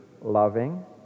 loving